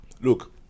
look